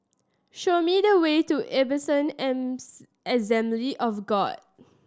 show me the way to Assembly of God